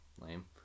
lame